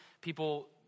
people